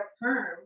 perm